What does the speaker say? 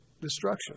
destruction